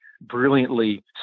brilliantly